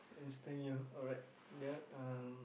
stand you alright then um